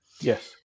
Yes